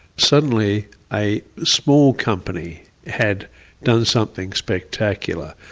suddenly a small company had done something spectacular.